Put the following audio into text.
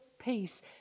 peace